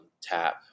tap